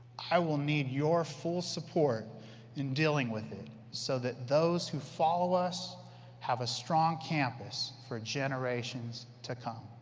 i will need your full support in dealing with it so that those who follow us have a strong campus for generations to come.